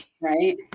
Right